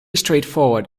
straightforward